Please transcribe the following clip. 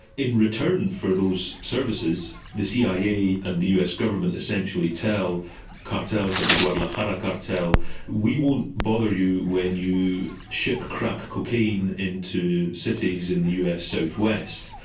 in return for those services, the cia and the us government essentially tell cartels like the guadalajara cartel we won't bother you when you ship crack cocaine into cities in the us south-west,